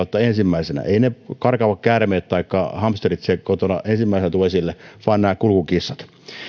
kautta ensimmäisenä eivät ne karkaavat käärmeet taikka hamsterit siellä kotona ensimmäisenä tule esille vaan nämä kulkukissat